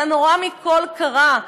אבל הנורא מכול קרה,